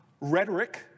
rhetoric